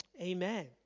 Amen